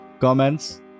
comments